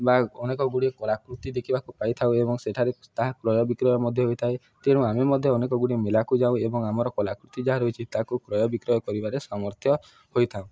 ବା ଅନେକ ଗୁଡ଼ିଏ କଳାକୃତି ଦେଖିବାକୁ ପାଇଥାଉ ଏବଂ ସେଠାରେ ତାହା କ୍ରୟ ବିକ୍ରୟ ମଧ୍ୟ ହୋଇଥାଏ ତେଣୁ ଆମେ ମଧ୍ୟ ଅନେକ ଗୁଡ଼ିଏ ମେଳାକୁ ଯାଉ ଏବଂ ଆମର କଳାକୃତି ଯାହା ରହିଛି ତାକୁ କ୍ରୟ ବିକ୍ରୟ କରିବାରେ ସାମର୍ଥ୍ୟ ହୋଇଥାଉ